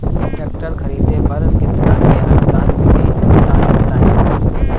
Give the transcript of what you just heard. Tractor खरीदे पर कितना के अनुदान मिली तनि बताई?